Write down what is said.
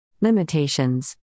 Limitations